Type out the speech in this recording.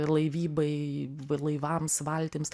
laivybai laivams valtims